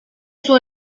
suo